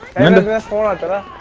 and foreign auto